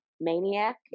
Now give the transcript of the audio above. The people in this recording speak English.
maniac